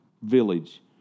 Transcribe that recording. village